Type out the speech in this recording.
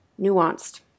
nuanced